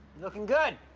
looking good.